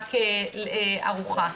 מרק ארוחה.